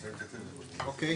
אוקיי.